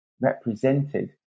represented